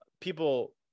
people